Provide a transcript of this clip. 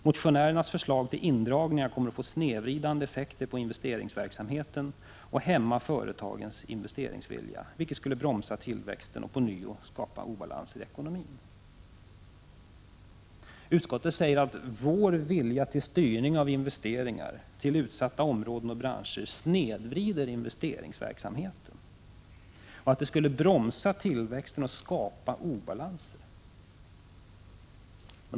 Motionärernas förslag till indrag ningar kommer att få snedvridande effekter på investeringsverksamheten och hämma företagens investeringsvilja, vilket skulle bromsa tillväxten och ånyo kunna öka obalanserna i ekonomin.” Utskottet säger att vår vilja till styrning av investeringar till utsatta områden och branscher snedvrider investeringsverksamheten. Den skulle vidare bromsa tillväxten och skapa obalanser.